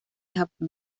japón